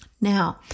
Now